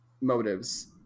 motives